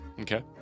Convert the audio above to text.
Okay